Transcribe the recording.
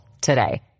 today